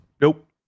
Nope